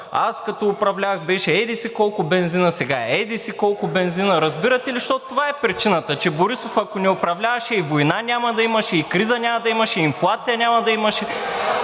„Аз като управлявах, беше еди-си колко бензинът, сега е еди-си колко бензинът“, разбирате ли? Защото това е причината, че Борисов, ако ни управляваше и война нямаше да има, и криза нямаше да има, и инфлация нямаше да има…